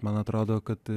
man atrodo kad